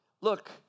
Look